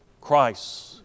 Christ